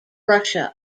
russia